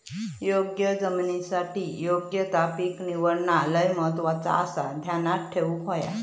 योग्य जमिनीसाठी योग्य ता पीक निवडणा लय महत्वाचा आसाह्या ध्यानात ठेवूक हव्या